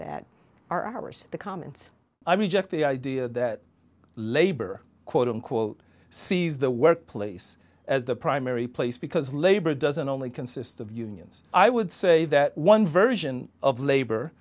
that are ours the comments i reject the idea that labor quote unquote sees the workplace as the primary place because labor doesn't only consist of unions i would say that one version of labor